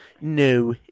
no